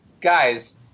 guys –